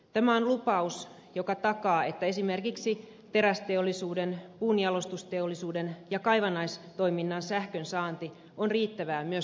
tämä on lupaus joka takaa että esimerkiksi terästeollisuuden puunjalostusteollisuuden ja kaivannaistoiminnan sähkönsaanti on riittävää myös tulevaisuudessa